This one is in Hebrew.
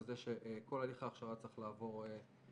בזה שכל הליך ההכשרה צריך לעבור רביזיה,